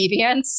deviance